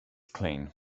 clean